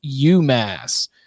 UMass